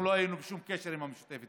אנחנו לא היינו בשום קשר עם המשותפת.